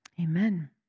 Amen